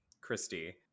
Christy